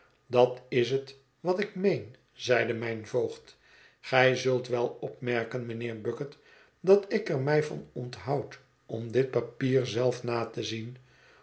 dat is het was ik meen zeide mijn voogd gij zult wel opmerken mijnheer bucket dat ik er mij van onthoud om dit papier zelf na te zien